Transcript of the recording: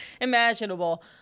Imaginable